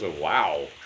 Wow